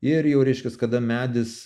ir jau reiškias kada medis